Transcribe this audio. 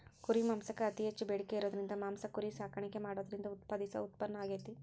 ಕುರಿ ಮಾಂಸಕ್ಕ್ ಅತಿ ಹೆಚ್ಚ್ ಬೇಡಿಕೆ ಇರೋದ್ರಿಂದ ಮಾಂಸ ಕುರಿ ಸಾಕಾಣಿಕೆ ಮಾಡೋದ್ರಿಂದ ಉತ್ಪಾದಿಸೋ ಉತ್ಪನ್ನ ಆಗೇತಿ